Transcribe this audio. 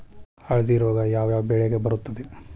ಹಳದಿ ರೋಗ ಯಾವ ಯಾವ ಬೆಳೆಗೆ ಬರುತ್ತದೆ?